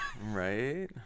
right